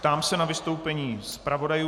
Ptám se na vystoupení zpravodajů.